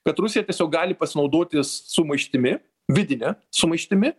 kad rusija tiesiog gali pasinaudotis sumaištimi vidine sumaištimi